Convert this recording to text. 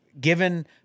given